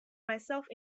myself